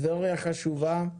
טבריה חשובה,